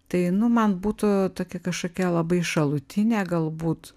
tai nu man būtų tokia kažkokia labai šalutinė galbūt